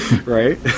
Right